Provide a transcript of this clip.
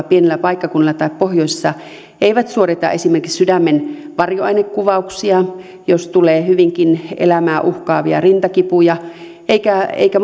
pienellä paikkakunnalla tai pohjoisessa eivät suorita esimerkiksi sydämen varjoainekuvauksia jos tulee hyvinkin elämää uhkaavia rintakipuja eikä eikä